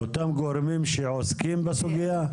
אותם גורמים שעוסקים בסוגיה?